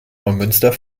neumünster